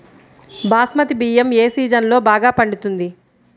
బాస్మతి బియ్యం ఏ సీజన్లో బాగా పండుతుంది?